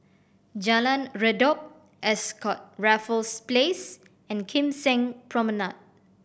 Jalan Redop Ascott Raffles Place and Kim Seng Promenade